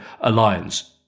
alliance